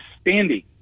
standing